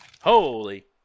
Holy